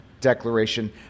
declaration